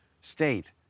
state